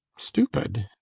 stupid?